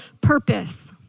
purpose